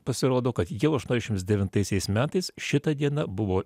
pasirodo kad jau aštuoniasdešimts devintaisiais metais šita diena buvo